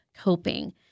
coping